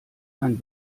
ein